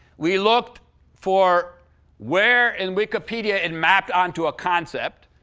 we looked for where in wikipedia it mapped onto a concept.